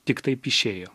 tik taip išėjo